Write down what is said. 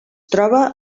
troba